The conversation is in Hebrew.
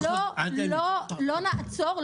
-- לא נעצור,